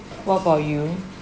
what about you